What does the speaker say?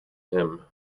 him